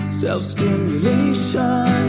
self-stimulation